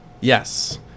Yes